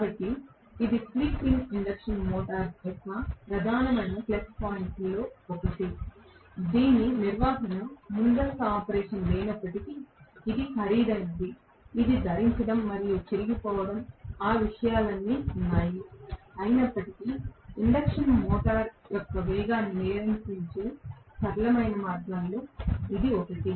కాబట్టి ఇది slip ring induction motor యొక్క ప్రధాన ప్లస్ పాయింట్లలో ఒకటి దీనికి నిర్వహణ ముందస్తు ఆపరేషన్ లేనప్పటికీ ఇది ఖరీదైనది ఇది ధరించడం మరియు చిరిగిపోవటం ఆ విషయాలన్నీ ఉన్నాయి అయినప్పటికీ ఇండక్షన్ మోటర్ యొక్క వేగాన్ని నియంత్రించే సరళమైన మార్గాలలో ఇది ఒకటి